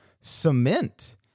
cement